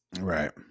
Right